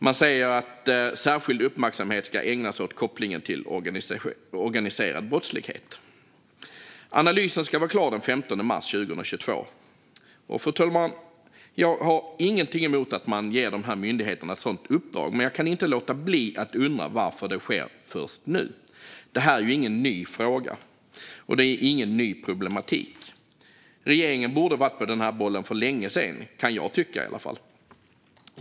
Man säger att särskild uppmärksamhet ska ägnas åt kopplingen till organiserad brottlighet. Analysen ska vara klar den 15 mars 2022. Fru talman! Jag har inget emot att man ger dessa myndigheter ett sådant uppdrag, men jag kan inte låta bli att undra varför det sker först nu. Det här är ju ingen ny fråga och ingen ny problematik. Regeringen borde ha varit på den här bollen för länge sedan, kan jag tycka.